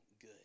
good